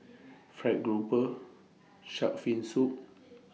Fried Grouper Shark's Fin Soup